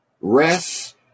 rest